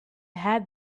had